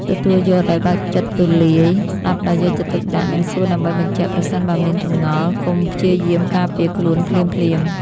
ទទួលយកដោយបើកចិត្តទូលាយ ស្តាប់ដោយយកចិត្តទុកដាក់ និងសួរដើម្បីបញ្ជាក់ប្រសិនបើមានចម្ងល់ កុំព្យាយាមការពារខ្លួនភ្លាមៗ។